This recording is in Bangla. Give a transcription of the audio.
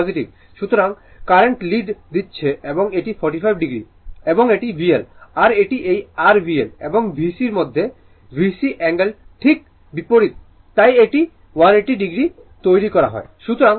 সুতরাং কারেন্ট লিড দিচ্ছে এবং এটি 45o এবং এটি VL আর এটি এই r VL এবং VC মধ্যে VC অ্যাঙ্গেল ঠিক বিপরীত তাই এটি 180o যারা তৈরী করে